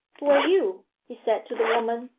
who are you he said to the woman,